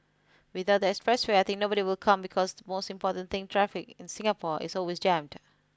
without the expressway I think nobody will come because the most important thing traffic in Singapore is always jammed